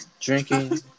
drinking